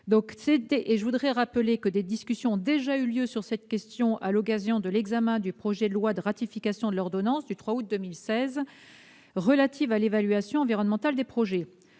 Je rappelle également que des discussions ont déjà eu lieu sur cette question à l'occasion de l'examen du projet de loi ratifiant les ordonnances du 3 août 2016 relatives à l'évaluation environnementale des projets.